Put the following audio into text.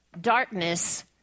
darkness